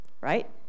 Right